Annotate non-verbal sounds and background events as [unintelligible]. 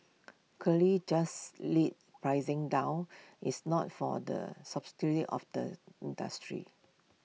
clear just lead pricing down it's not for the [unintelligible] of the industry